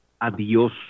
adios